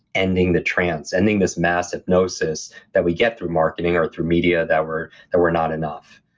ending, the trance. ending this mass hypnosis that we get through marketing or through media that we're that we're not enough,